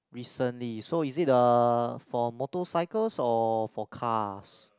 recently so is it uh for motorcycles or for cars